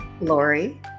Lori